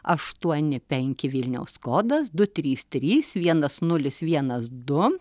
aštuoni penki vilniaus kodas du trys trys vienas nulis vienas du